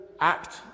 act